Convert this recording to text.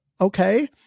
Okay